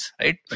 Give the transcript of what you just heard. right